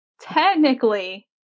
Technically